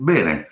Bene